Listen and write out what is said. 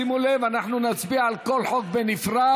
שימו לב, אנחנו נצביע על כל חוק בנפרד,